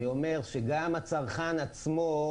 אני אומר שגם הצרכן עצמו,